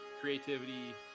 creativity